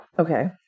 Okay